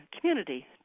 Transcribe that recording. community